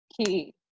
key